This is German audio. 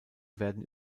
werden